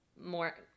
more